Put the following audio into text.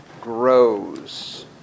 Grows